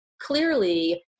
clearly